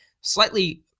slightly